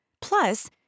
plus